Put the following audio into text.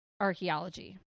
archaeology